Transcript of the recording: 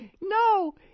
no